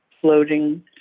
floating